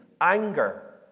Anger